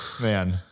Man